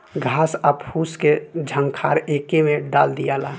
घास आ फूस के झंखार एके में डाल दियाला